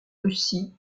russie